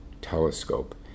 Telescope